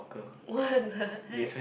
what the heck